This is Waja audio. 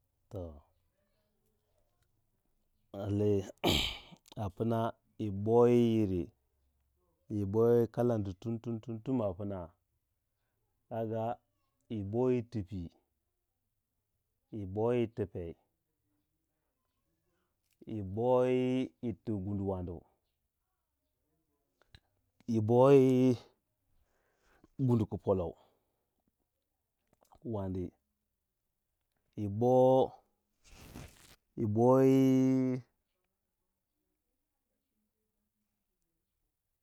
To lallai a pna yibo yiri yibo yi kalandi tumtum tumtum a pna kaga yibo yi tipii, yi boyii ti pei, yi boyi ti gundu waniu, yi boyii gundu polou. yi- bo yi boyi.